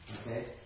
Okay